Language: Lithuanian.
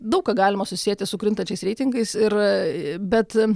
daug ką galima susieti su krintančiais reitingais ir bet